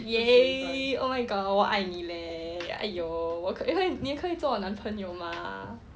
!yay! oh my god 我爱你 leh !aiyo! 你可以做我的男朋友吗